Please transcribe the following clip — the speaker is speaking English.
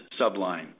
subline